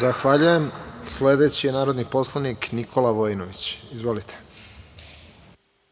Zahvaljujem. Sledeći je narodni poslanik Nikola Vojinović. Izvolite.